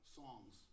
songs